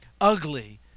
ugly